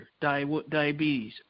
diabetes